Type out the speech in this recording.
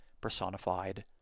personified